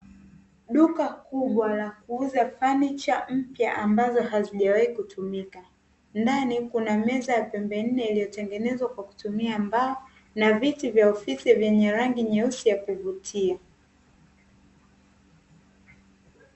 Duka kubwa la kuuza fanicha mpya ambazo hazijawahi kutumika. Ndani kuna meza ya pembe nne iliyotengenezwa kwa kutumia mbao na viti vya ofisi vyenye rangi nyeusi ya kuvutia.